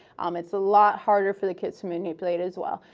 um it's a lot harder for the kids to manipulate as well.